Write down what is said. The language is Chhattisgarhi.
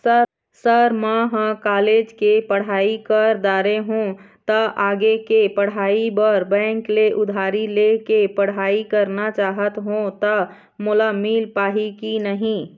सर म ह कॉलेज के पढ़ाई कर दारें हों ता आगे के पढ़ाई बर बैंक ले उधारी ले के पढ़ाई करना चाहत हों ता मोला मील पाही की नहीं?